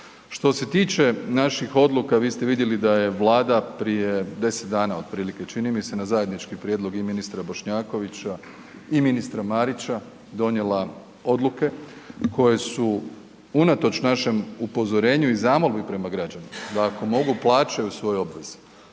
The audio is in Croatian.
Što se tiče naših odluka vi ste vidjeli da je vlada prije 10 dana otprilike čini mi se na zajednički prijedlog i ministra Bošnjakovića i ministra Marića donijela odluke koje su unatoč našem upozorenju i zamolbi prema građanima da ako mogu plaćaju svoje obveze,